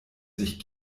sich